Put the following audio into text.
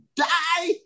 die